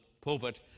pulpit